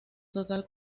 total